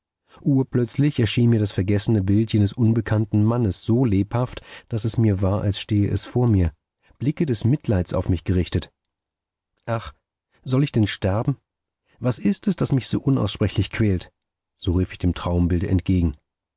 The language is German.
urplötzlich erschien mir das vergessene bild jenes unbekannten mannes so lebhaft daß es mir war als stehe es vor mir blicke des mitleids auf mich gerichtet ach soll ich denn sterben was ist es das mich so unaussprechlich quält so rief ich dem traumbilde entgegen